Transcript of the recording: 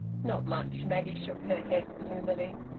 not much. maggie shook her head gloomily.